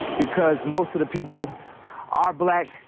because most of the people are black,